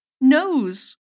nose